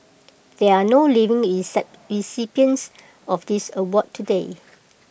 there are no living recipients of this award today